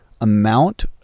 amount